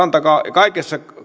kaikessa kaavoituksessa